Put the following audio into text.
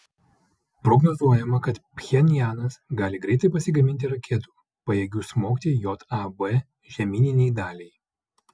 prognozuojama kad pchenjanas gali greitai pasigaminti raketų pajėgių smogti jav žemyninei daliai